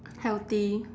healthy